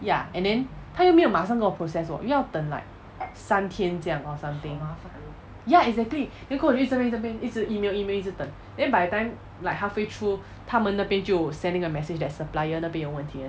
ya and then 他又没有马上跟我 process 哦又要等 like 三天这样 or something ya exactly then 过后我又在那边那边一直 email email 一直等 then by the time like halfway through 他们那边就 sending a message that supplier 那边有问题